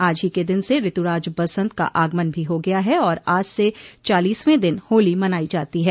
आज ही के दिन से ऋतुराज बंसत का आगमन भी हो गया है और आज स चालीसवें दिन होली मनाई जाती है